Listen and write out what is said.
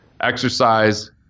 Exercise